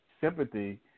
sympathy